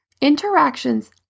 Interactions